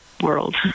world